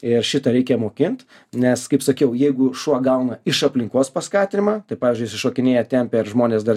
ir šitą reikia mokint nes kaip sakiau jeigu šuo gauna iš aplinkos paskatinimą tai pavyzdžiui jisai šokinėja tempia ir žmonės dar